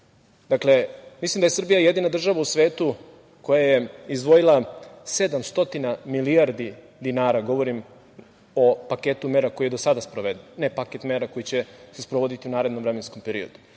Dakle, mislim da je Srbija jedina država u svetu koja je izdvojila 700 milijardi dinara, govorim o paketu mera koji je do sada sproveden, a ne paket mera koji će se sprovoditi u narednom vremenskom periodu,